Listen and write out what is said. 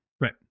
Right